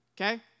Okay